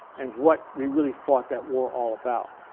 and what we really fought that war all about.